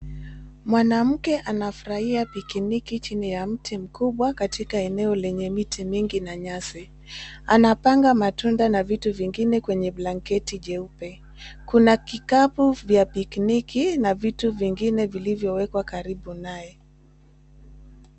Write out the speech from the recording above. Mwanamke anafurahia pikiniki chini ya mti mkubwa, katika eneo lenye miti mingi na nyasi. Anapanga matunda na vitu vingine kwenye blanketi jeupe. Kuna kikaku vya pikiniki, na vitu vingine vilivyowekwa karibu naye.